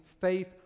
faith